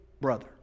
brother